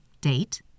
Date